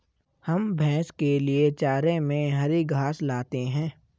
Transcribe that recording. हम भैंस के लिए चारे में हरी घास लाते हैं